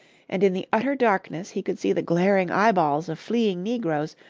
and in the utter darkness he could see the glaring eyeballs of fleeing negroes,